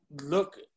look